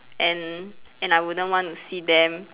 and and I wouldn't want to see them